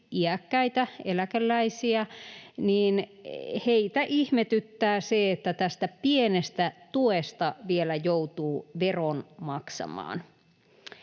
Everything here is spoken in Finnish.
iäkkäitä eläkeläisiä, ihmetyttää se, että tästä pienestä tuesta vielä joutuu veron maksamaan.